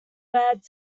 bad